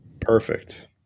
Perfect